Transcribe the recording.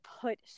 put